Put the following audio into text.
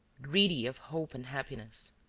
greedy of hope and happiness.